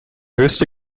höchste